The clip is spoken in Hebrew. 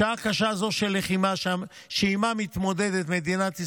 בשעה קשה זו של הלחימה שעימה מתמודדת מדינת ישראל,